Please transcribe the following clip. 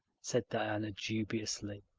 said diana dubiously.